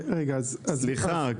סליחה,